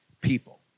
people